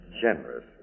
generous